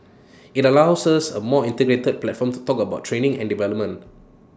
IT allows us A more integrated platform to talk about training and development